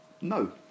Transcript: no